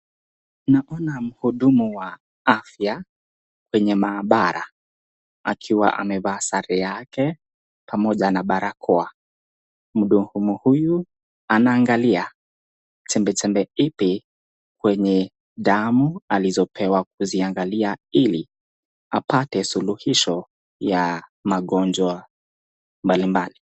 Naona mhudumu wa afya kwenye maabara akiwa amevaa sare yake pamoja na barakoa, mhudumu anaangalia chembechembe ipi kwenye damu alizopewa kuziangalia ili apate suluhisho ya magonjwa mbalimbali.